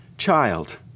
child